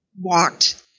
walked